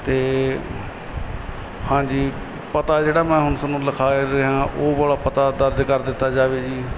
ਅਤੇ ਹਾਂਜੀ ਪਤਾ ਜਿਹੜਾ ਮੈਂ ਹੁਣ ਤੁਹਾਨੂੰ ਲਿਖਾ ਏ ਰਿਹਾਂ ਉਹ ਵਾਲਾ ਪਤਾ ਦਰਜ ਕਰ ਦਿੱਤਾ ਜਾਵੇ ਜੀ